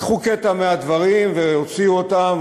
לקחו קטע מהדברים והוציאו אותם,